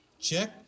Check